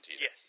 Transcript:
Yes